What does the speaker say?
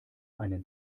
einen